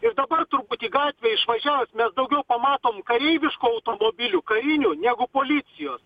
ir dabar turbūt į gatvę išvažiavus mes daugiau pamatom kareiviškų automobilių karinių negu policijos